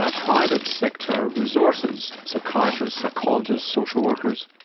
ah private sector resources psychiatrists, psychologists, social workers